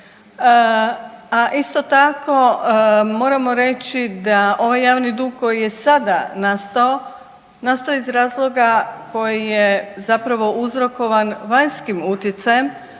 A isto tako moramo reći da ovaj javni dug koji je sada nastao, nastao je iz razloga koji je zapravo uzrokovan vanjskim utjecajem,